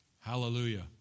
Hallelujah